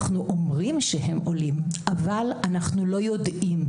אנחנו אומרים שהם עולים אבל אנחנו לא יודעים.